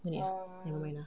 no need eh nevermind ah